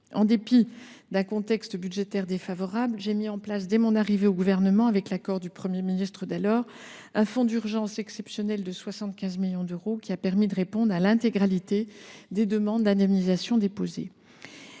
En dépit d’un contexte budgétaire défavorable, j’ai mis en place dès mon arrivée au Gouvernement, avec l’accord du Premier ministre de l’époque, un fonds d’urgence exceptionnel de 75 millions d’euros, qui a permis de répondre à l’intégralité des demandes d’indemnisation déposées.